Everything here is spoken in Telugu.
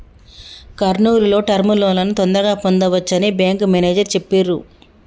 కర్నూల్ లో టర్మ్ లోన్లను తొందరగా పొందవచ్చని బ్యేంకు మేనేజరు చెప్పిర్రు